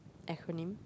acronym